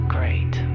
Great